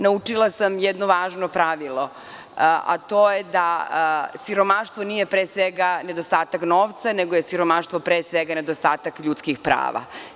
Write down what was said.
Naučila sam jedno važno pravilo, a to je da siromaštvo nije pre svega nedostatak novca, nego je siromaštvo nedostatak pre svega ljudskih prava.